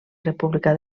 república